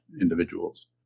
individuals